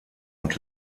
und